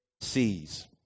sees